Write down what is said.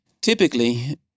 typically